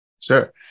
Sure